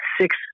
six